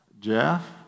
Jeff